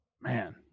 man